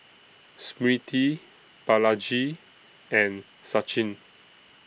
Smriti Balaji and Sachin